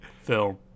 film